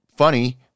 funny